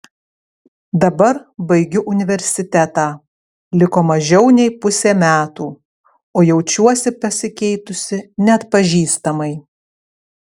dabar baigiu universitetą liko mažiau nei pusė metų o jaučiuosi pasikeitusi neatpažįstamai